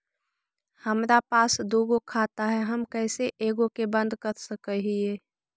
हमरा पास दु गो खाता हैं, हम कैसे एगो के बंद कर सक हिय?